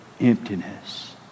emptiness